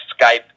Skype